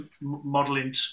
modeling